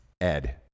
Ed